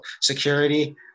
security